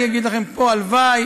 אני אגיד לכם פה: הלוואי,